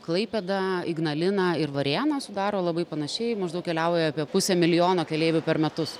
klaipėda ignalina ir varėna sudaro labai panašiai maždaug keliauja apie pusę milijono keleivių per metus